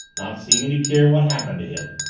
not seeming to care what happened to him.